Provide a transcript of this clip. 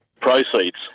proceeds